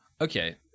Okay